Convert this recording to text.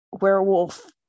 werewolf